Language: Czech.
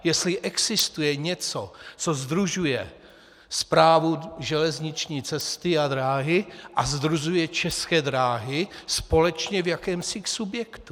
Jestli existuje něco, co sdružuje Správu železniční cesty a dráhy a sdružuje České dráhy společně v jakémsi subjektu.